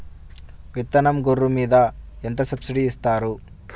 విత్తనం గొర్రు మీద ఎంత సబ్సిడీ ఇస్తారు?